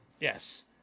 yes